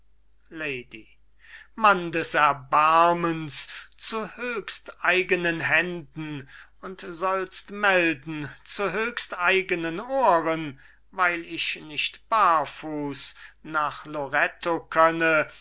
lady mann des erbarmens zu höchsteigenen händen und sollst melden zu höchsteigenen ohren weil ich nicht barfuß nach loretto könne